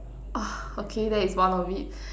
okay that is one of it